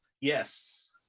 Yes